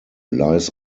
lies